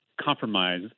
compromise